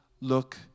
look